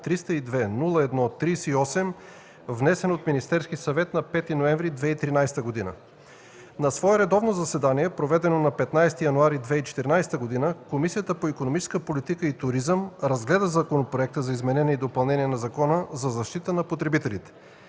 302-01-38, внесен от Министерския съвет на 5 ноември 2013 г. На свое редовно заседание, проведено на 15 януари 2014 г., Комисията по икономическата политика и туризъм разгледа Законопроекта за изменение и допълнение на Закона за защита на потребителите.